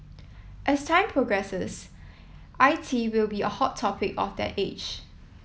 as time progresses I T will be a hot topic of that age